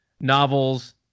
novels